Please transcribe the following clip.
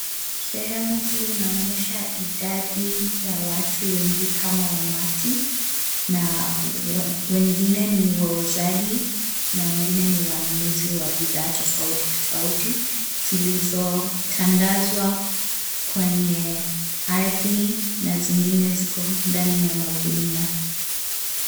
Sehemu hii inaonyesha idadi ya watu wengi kama umati, na wengine ni wauzaji na wengine ni wanunuzi wa bidhaa tofauti tofauti zilizotandazwa kwenye ardhi na zingine ziko ndani ya mangunia.